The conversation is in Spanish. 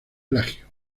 plagio